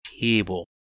table